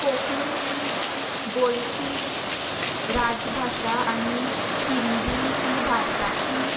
कोंकणी ही गोंयची राजभाशा आनी हिंदी ही भारताची